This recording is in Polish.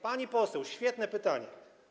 Pani poseł, świetne pytanie.